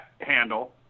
handle